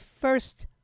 first